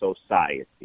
society